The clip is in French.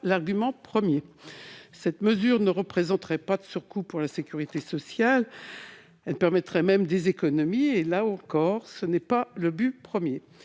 l'argument premier. Cette mesure ne représenterait pas de surcoût pour la sécurité sociale. Elle permettrait même des économies, même si, là non plus, ce n'est pas le but premier.